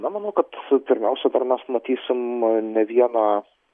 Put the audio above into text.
na manu kad pirmiausia dar mes matysim ne vieną